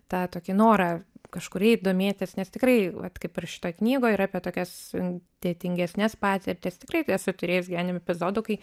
tą tokį norą kažkur eit domėtis nes tikrai vat kaip ir šitoj knygoj yra apie tokias sudėtingesnes patirtis tikrai esu turėjus gyvenime epizodų kai